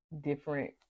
different